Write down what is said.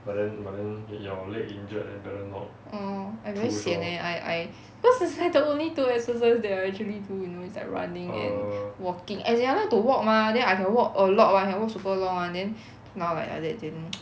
orh I very sian leh I I cause it's like the only two exercise that I actually do you know it's like running and walking as in I like to walk mah then I can walk a lot [one] I can walk super long [one] then now like like that then